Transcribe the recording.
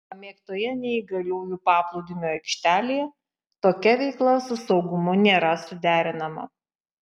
pamėgtoje neįgaliųjų paplūdimio aikštelėje tokia veikla su saugumu nėra suderinama